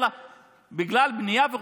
בגלל בנייה?